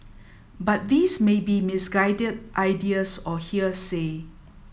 but these may be misguided ideas or hearsay